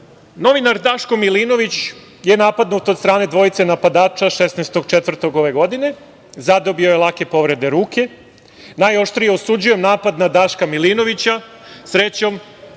Daško Milinović je napadnut od strane dvojice napadača 16.4. ove godine. Zadobio je lake povrede ruke. Najoštrije osuđujem napad na Daška Milinovića. Srećom